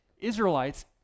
Israelites